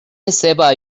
esseva